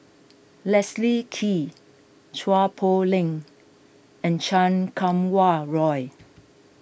Leslie Kee Chua Poh Leng and Chan Kum Wah Roy